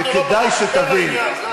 וכדאי שתבין,